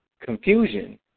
confusion